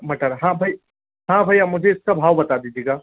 मटर हाँ भाई हाँ भैया मुझे इसका भाव बता दीजिएगा